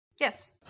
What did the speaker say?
Yes